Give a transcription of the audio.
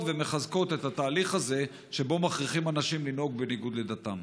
ומחזקות את התהליך הזה שבו מכריחים אנשים לנהוג בניגוד לדתם.